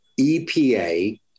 EPA